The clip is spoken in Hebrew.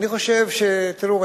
תראו,